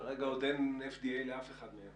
כרגע עוד אין FDA לאף אחד מהם.